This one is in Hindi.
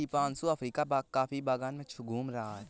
दीपांशु अफ्रीका के कॉफी बागान में घूम रहा है